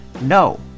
No